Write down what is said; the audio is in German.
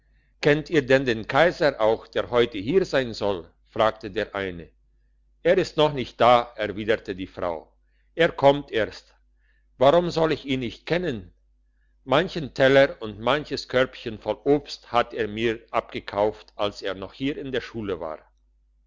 kennt ihr denn den kaiser auch der heute hier sein soll fragte der eine er ist noch nicht da antwortete die frau er kommt erst warum soll ich ihn nicht kennen manchen teller und manches körbchen voll obst hat er mir abgekauft als er noch hier in der schule war